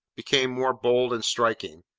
became more bold and striking.